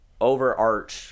overarch